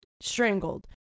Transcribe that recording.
strangled